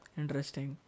interesting